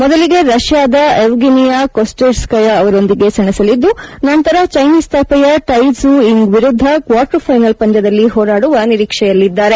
ಮೊದಲಿಗೆ ರಷ್ಟಾದ Evgeniya Kosetskaya ಅವರೊಂದಿಗೆ ಸೆಣೆಸಲಿದ್ದು ನಂತರ ಜೈನೀಸ್ ತೈಪೆಯ ಥೈ ಸೂ ಯಿಂಗ್ ವಿರುದ್ದ ಕ್ವಾರ್ಟ್ ಫೈನಲ್ ಪಂದ್ಯದಲ್ಲಿ ಹೋರಾಡುವ ನಿರೀಕ್ಷೆಯಲ್ಲಿದ್ದಾರೆ